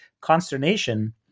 consternation